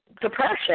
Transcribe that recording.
depression